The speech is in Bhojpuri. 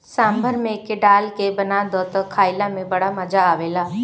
सांभर में एके डाल के बना दअ तअ खाइला में बड़ा मजा आवेला